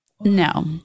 No